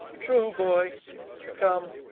true, boy come,